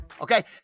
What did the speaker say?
okay